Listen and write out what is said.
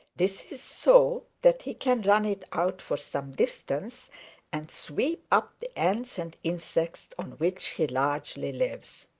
this is so that he can run it out for some distance and sweep up the ants and insects on which he largely lives.